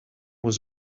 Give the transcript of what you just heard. was